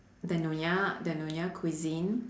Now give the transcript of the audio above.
the nyonya the nyonya cuisine